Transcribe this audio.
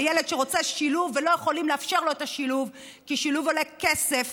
לילד שרוצה שילוב ולא יכולים לאפשר לו את השילוב כי שילוב עולה כסף,